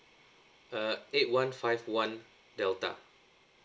uh eight one five one delta